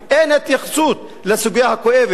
אין התייחסות לסוגיה הכואבת,